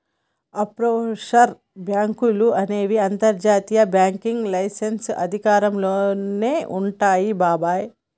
offshore బాంకులు అనేవి అంతర్జాతీయ బ్యాంకింగ్ లైసెన్స్ అధికారంలోనే వుంటాయి బాబాయ్